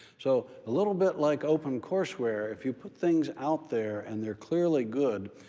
so a little bit like opencourseware, if you put things out there and they're clearly good,